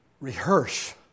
Rehearse